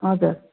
हजुर